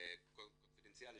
והקונפידנציאלי